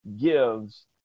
gives